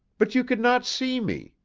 but you could not see me.